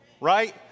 Right